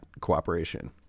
cooperation